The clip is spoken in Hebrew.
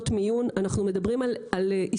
אנחנו מדברים על השבתה של תחנות מיון,